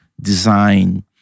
design